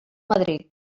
madrid